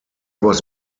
was